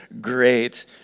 great